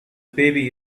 baby